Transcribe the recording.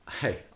Hey